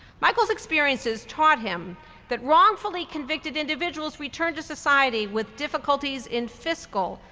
michael's experience has taught him that wrongfully convicted individuals return to society with difficulties in fiscal,